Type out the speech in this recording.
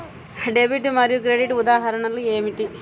Debit మరియు credit ఉదాహరణలు ఏమిటీ?